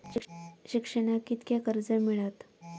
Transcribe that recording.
शिक्षणाक कीतक्या कर्ज मिलात?